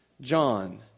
John